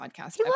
podcast